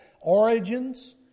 origins